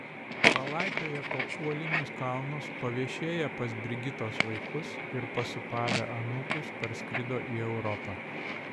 palaipioję po uolinius kalnus paviešėję pas brigitos vaikus ir pasūpavę anūkus parskrido į europą